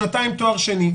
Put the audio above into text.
שנתיים תואר שני.